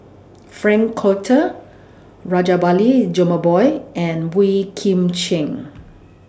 Frank Cloutier Rajabali Jumabhoy and Boey Kim Cheng